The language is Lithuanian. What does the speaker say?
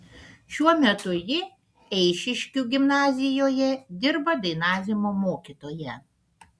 šiuo metu ji eišiškių gimnazijoje dirba dainavimo mokytoja